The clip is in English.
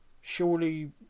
surely